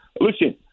Listen